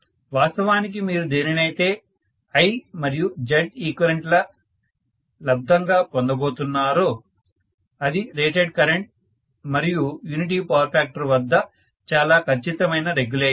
వాస్తవానికి మీరు దేనినైతే Iమరియు Zeq ల లబ్దంగా పొందుతున్నారో అది రేటెడ్ కరెంట్ మరియు యూనిటీ పవర్ ఫ్యాక్టర్ వద్ద చాలా ఖచ్చితమైన రెగ్యులేషన్